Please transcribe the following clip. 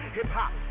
Hip-hop